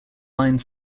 line